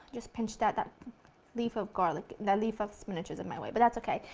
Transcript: just pinch that that leaf of garlic that leaf of spinach is in my way, but that's okay.